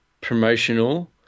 promotional